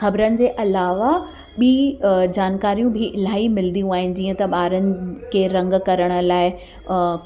ख़बरनि जे अलावा ॿीं जानकारियूं बि इलाही मिलंदियूं आहिनि जीअं त ॿारनि खे रंग करण लाइ